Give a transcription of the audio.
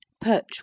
perch